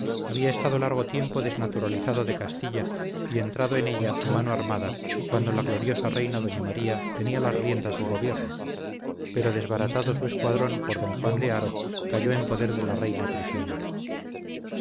había estado largo tiempo desnaturalizado de castilla y entrado en ella a mano armada cuando la gloriosa reina doña maría tenía las riendas del gobierno pero desbaratado su escuadrón por don juan de haro cayó en poder de la reina prisionero